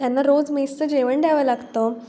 त्यांना रोज मेसचं जेवण द्यावं लागतं